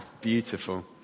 Beautiful